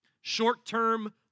short-term